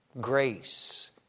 grace